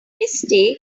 mistake